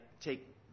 take